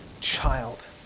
child